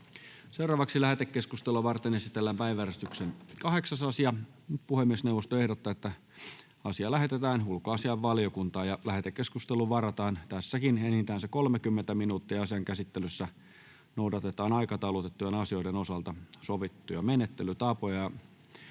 Content: Lähetekeskustelua varten esitellään päiväjärjestyksen 8. asia. Puhemiesneuvosto ehdottaa, että asia lähetetään ulkoasiainvaliokuntaan. Lähetekeskusteluun varataan tässäkin enintään 30 minuuttia ja asian käsittelyssä noudatetaan aikataulutettujen asioiden osalta sovittuja menettelytapoja.